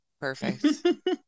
Perfect